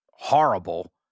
horrible